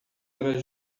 era